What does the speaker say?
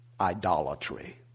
idolatry